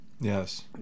yes